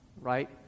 Right